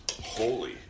holy